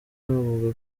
avuga